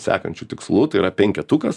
sekančiu tikslu tai yra penketukas